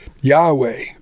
Yahweh